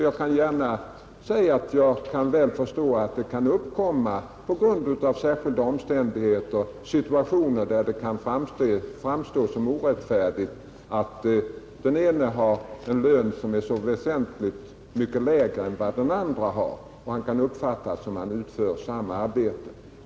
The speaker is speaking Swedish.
Jag förstår väl att det på grund av särskilda omständigheter kan uppkomma situationer där det framstår som orättfärdigt att den ene har en lön som är så väsentligt mycket lägre än den andres fastän de kan uppfattas utföra samma arbete.